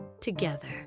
together